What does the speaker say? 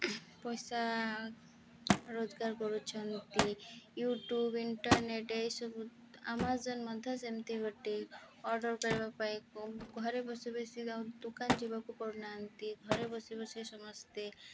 ପଇସା ରୋଜଗାର କରୁଛନ୍ତି ୟୁଟ୍ୟୁବ୍ ଇଣ୍ଟରନେଟ୍ ଏଇସବୁ ଆମାଜନ୍ ମଧ୍ୟ ସେମିତି ଗୋଟେ ଅର୍ଡ଼ର କରିବା ପାଇଁ ଘରେ ବସ ବସି ତା' ଦୋକାନ ଯିବାକୁ ପଡ଼ୁନାହାନ୍ତି ଘରେ ବସ ବସି ସମସ୍ତେ